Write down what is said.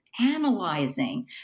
analyzing